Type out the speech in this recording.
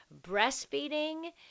breastfeeding